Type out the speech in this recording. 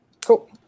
Cool